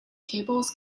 tables